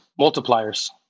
Multipliers